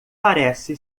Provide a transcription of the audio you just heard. parece